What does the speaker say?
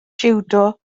jiwdo